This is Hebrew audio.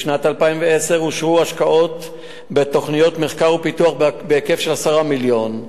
בשנת 2010 אושרו השקעות בתוכניות מחקר ופיתוח בהיקף של 10 מיליון.